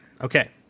okay